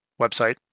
website